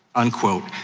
unquote.